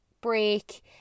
break